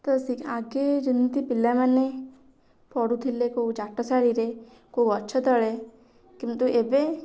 ତ ସେଇ ଆଗେ ଯେମିତି ପିଲାମାନେ ପଢ଼ୁଥିଲେ କେଉଁ ଚାଟଶାଳୀରେ କେଉଁ ଗଛ ତଳେ କିନ୍ତୁ ଏବେ